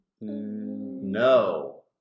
No